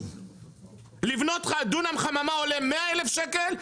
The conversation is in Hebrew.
לבנות דונם חממה עולה 100,000 שקל,